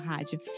Rádio